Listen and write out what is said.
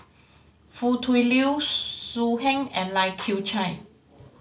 Foo Tui Liew So Heng and Lai Kew Chai